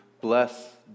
bless